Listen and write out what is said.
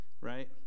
right